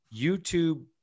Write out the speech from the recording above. YouTube